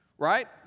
right